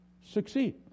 succeed